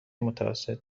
متوسط